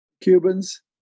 Cubans